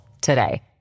today